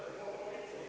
Hvala.